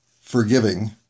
forgiving